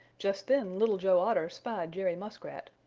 just then little joe otter spied jerry muskrat.